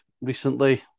recently